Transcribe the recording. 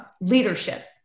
leadership